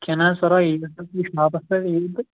کیٚنٛہہ نہَ حظ پَرواے ییٚمہِ ساتہٕ تُہۍ شاپَس پٮ۪ٹھ یِیِو تہٕ